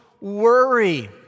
worry